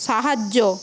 সাহায্য